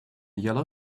yellow